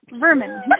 vermin